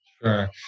Sure